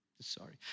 sorry